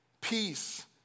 peace